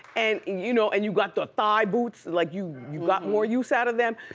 and you know and you got the thigh boots. like you you got more use out of them.